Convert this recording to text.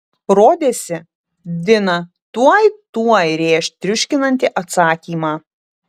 rodėsi dina tuoj tuoj rėš triuškinantį atsakymą